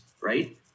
right